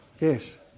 yes